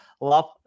love